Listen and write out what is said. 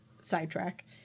sidetrack